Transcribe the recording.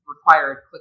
required